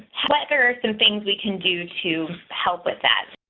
but there are some things we can do to help with that,